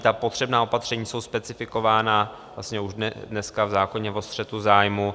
Ta potřebná opatření jsou specifikována vlastně už dneska v zákoně o střetu zájmů.